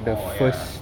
oh ya